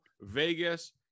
Vegas